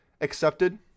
accepted